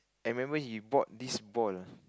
I remember he bought this ball lah